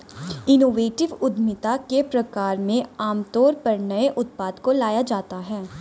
innovative उद्यमिता के प्रकार में आमतौर पर नए उत्पाद को लाया जाता है